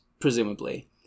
presumably